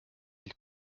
ils